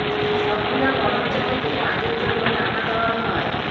সব গুলা কর্মচারীকে কাজের জন্য টাকা দেওয়া হয়